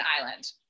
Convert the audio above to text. Island